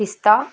పిస్తా